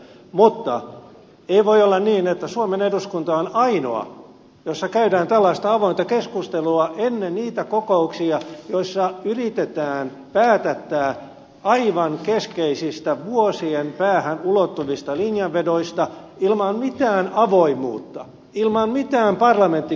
mutta ei voi olla niin että suomen eduskunta on ainoa jossa käydään tällaista avointa keskustelua ennen niitä kokouksia joissa yritetään päätättää aivan keskeisistä vuosien päähän ulottuvista linjanvedoista ilman mitään avoimuutta ilman mitään parlamenttikäsittelyä